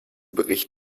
bericht